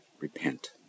repent